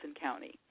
County